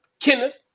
Kenneth